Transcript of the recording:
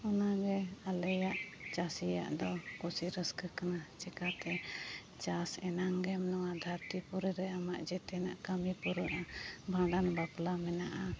ᱚᱱᱟᱜᱮ ᱟᱞᱮᱭᱟᱜ ᱪᱟᱥᱤᱭᱟᱜ ᱫᱚ ᱠᱩᱥᱤ ᱨᱟᱹᱥᱠᱟᱹ ᱠᱟᱱᱟ ᱪᱤᱠᱟᱹᱛᱮ ᱪᱟᱥ ᱮᱱᱟᱝᱜᱮᱢ ᱱᱚᱣᱟ ᱫᱷᱟᱨᱛᱤ ᱯᱩᱨᱤ ᱨᱮ ᱟᱢᱟᱜ ᱡᱚᱛᱚᱱᱟᱜ ᱠᱟᱹᱢᱤ ᱯᱩᱨᱟᱹᱜᱼᱟ ᱵᱷᱟᱸᱰᱟᱱ ᱵᱟᱯᱞᱟ ᱢᱮᱱᱟᱜᱼᱟ